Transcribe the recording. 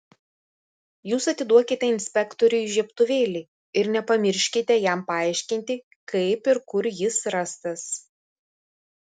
jūs atiduokite inspektoriui žiebtuvėlį ir nepamirškite jam paaiškinti kaip ir kur jis rastas